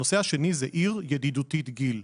הנושא השני הוא עיר ידידותית גיל.